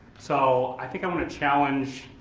so i think i'm gonna challenge